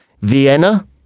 Vienna